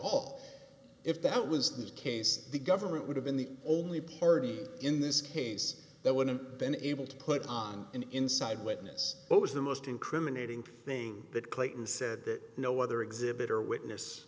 all if that was the case the government would have been the only party in this case that wouldn't been able to put on an inside witness was the most incriminating thing that clayton said that no other exhibit or witness